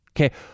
Okay